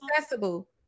accessible